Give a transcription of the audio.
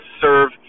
serve